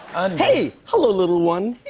and hey, hello, little one.